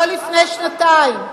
לא לפני שנתיים.